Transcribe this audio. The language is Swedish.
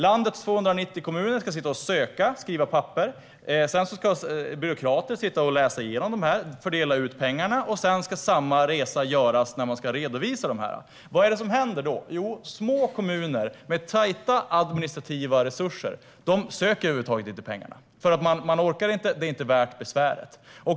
Landets 290 kommuner ska sätta sig och skriva papper för att ansöka. Byråkrater ska därefter läsa igenom dessa ansökningar och fördela pengarna, och sedan ska samma resa göras när allt ska redovisas. Vad händer då? Jo, små kommuner med små administrativa resurser söker över huvud taget inte pengarna. Det är inte värt besväret.